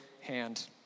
hand